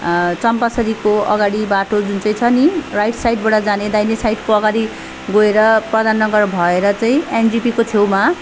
चम्पासरीको अगाडि बाटो जुन चाहिँ छ नि राइट साइडबाट जाने दाहिने साइडको अगाडि गएर प्रधाननगर भएर चाहिँ एजेपीको छेउमा